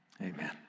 Amen